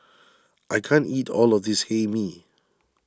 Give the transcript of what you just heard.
I can't eat all of this Hae Mee